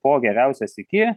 po geriausias iki